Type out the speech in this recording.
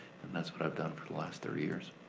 and that's what i've done for the last thirty years.